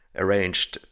arranged